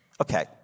Okay